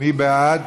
מי בעד?